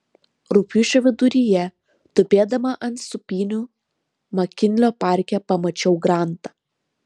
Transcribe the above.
rugpjūčio viduryje tupėdama ant sūpynių makinlio parke pamačiau grantą